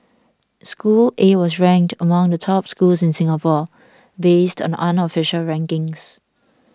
school A was ranked among the top schools in Singapore based on unofficial rankings